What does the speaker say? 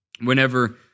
whenever